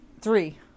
Three